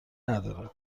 نداره